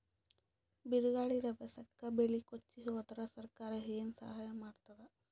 ಬಿರುಗಾಳಿ ರಭಸಕ್ಕೆ ಬೆಳೆ ಕೊಚ್ಚಿಹೋದರ ಸರಕಾರ ಏನು ಸಹಾಯ ಮಾಡತ್ತದ?